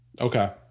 Okay